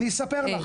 אני אספר לכם.